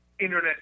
internet